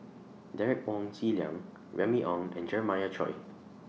Derek Wong Zi Liang Remy Ong and Jeremiah Choy